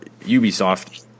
Ubisoft